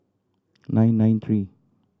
nine nine three